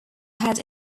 had